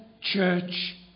church